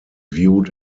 viewed